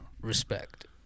respect